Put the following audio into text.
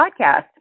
Podcast